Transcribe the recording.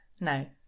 No